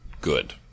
good